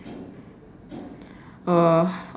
uh